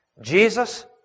Jesus